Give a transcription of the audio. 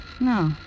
No